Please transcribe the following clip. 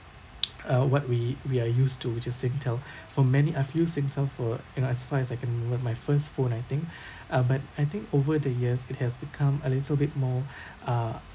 uh what we we are used to which is Singtel for many I've used Singtel for you know as far as I can remember my first phone I think uh but I think over the years it has become a little bit more uh